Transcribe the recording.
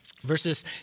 Verses